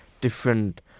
different